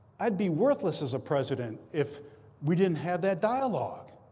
i'd be worthless as a president if we didn't have that dialogue.